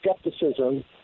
skepticism